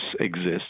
exists